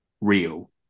real